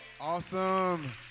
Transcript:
Awesome